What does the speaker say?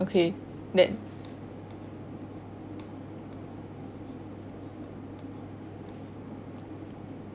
okay then